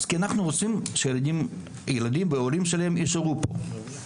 כי אנחנו רוצים שהילדים וההורים שלהם יישארו כאן.